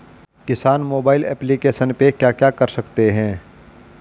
किसान mobile application पे क्या क्या कर सकते हैं?